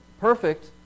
perfect